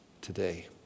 today